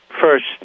first